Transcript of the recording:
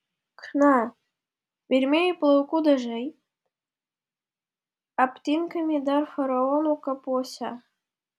chna pirmieji plaukų dažai aptinkami dar faraonų kapuose